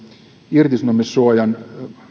irtisanomissuojan